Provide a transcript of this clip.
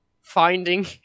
finding